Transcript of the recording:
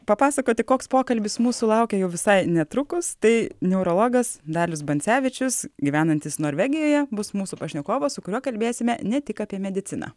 papasakoti koks pokalbis mūsų laukia jau visai netrukus tai neurologas dalius bancevičius gyvenantis norvegijoje bus mūsų pašnekovas su kuriuo kalbėsime ne tik apie mediciną